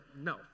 no